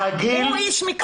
הוא איש מקצוע.